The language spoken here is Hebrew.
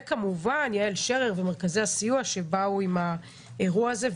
וכמובן שיעל שרר ומרכזי הסיוע שבאו עם האירוע הזה,